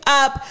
up